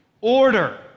order